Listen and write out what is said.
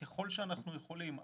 ככל שאנחנו יכולים,